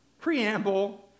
preamble